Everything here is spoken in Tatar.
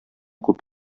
күп